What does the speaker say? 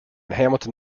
hamilton